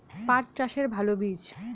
পাঠ চাষের ভালো বীজ?